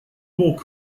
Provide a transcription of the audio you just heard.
more